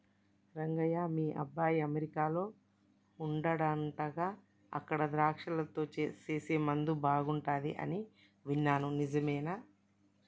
రంగయ్య మీ అబ్బాయి అమెరికాలో వుండాడంటగా అక్కడ ద్రాక్షలతో సేసే ముందు బాగుంటది అని విన్నాను నిజమేనా